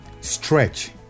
Stretch